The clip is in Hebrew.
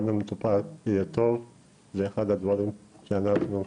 גם למטופל יהיה טוב וזה אחד הדברים שאנחנו,